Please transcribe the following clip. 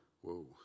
whoa